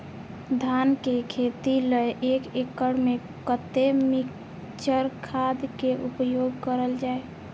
धान के खेती लय एक एकड़ में कते मिक्चर खाद के उपयोग करल जाय?